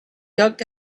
dug